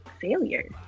failure